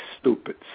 stupid